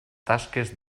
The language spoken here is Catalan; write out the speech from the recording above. tasques